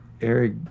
Eric